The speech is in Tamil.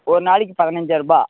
ஒரு நாளைக்கு பதினைஞ்சாயிருபா